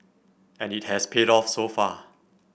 and it has paid off so far